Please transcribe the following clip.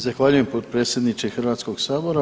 Zahvaljujem potpredsjedniče Hrvatskog sabora.